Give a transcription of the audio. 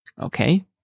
Okay